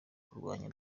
kurwanya